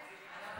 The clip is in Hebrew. דב חנין, איננו.